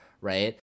right